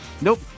Nope